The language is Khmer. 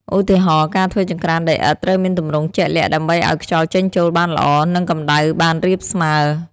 ឧទាហរណ៍ ការធ្វើចង្ក្រានដីឥដ្ឋ ត្រូវមានទម្រង់ជាក់លាក់ដើម្បីឲ្យខ្យល់ចេញចូលបានល្អ និងកម្ដៅបានរាបស្មើ។